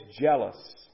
jealous